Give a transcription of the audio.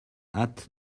hâte